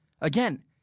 Again